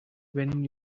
when